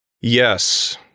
Yes